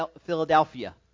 Philadelphia